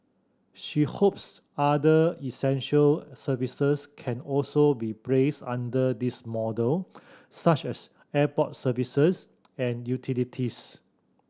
she hopes other essential services can also be placed under this model such as airport services and utilities